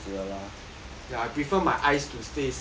ya I prefer my eyes to stay centre